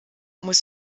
muss